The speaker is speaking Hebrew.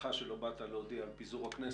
בהנחה שלא באת להודיע על פיזור הכנסת,